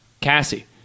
Cassie